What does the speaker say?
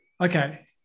Okay